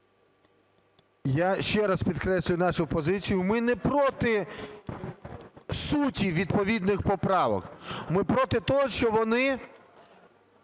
Я ще раз підкреслюю нашу позицію, ми не проти суті відповідних поправок, ми проти того, що вони